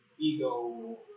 ego